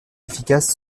efficace